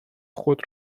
خود